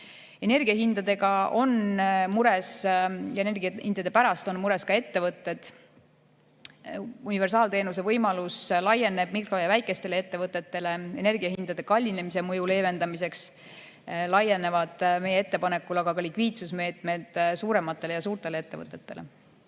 hätta jääksid. Energiahindade pärast on mures ka ettevõtted. Universaalteenuse võimalus laieneb mikro- ja väikestele ettevõtetele. Energiahindade kallinemise mõju leevendamiseks laienevad meie ettepanekul aga ka likviidsusmeetmed suurematele ja suurtele